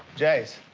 jase.